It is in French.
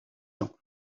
ans